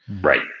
right